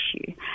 issue